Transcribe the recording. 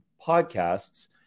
podcasts